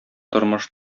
тормыш